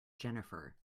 jennifer